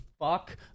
fuck